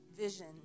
vision